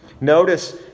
Notice